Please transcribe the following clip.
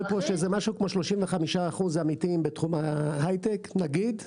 פה שזה משהו כמו 35% אמיתיים בתחום ההייטק נגיד,